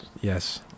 Yes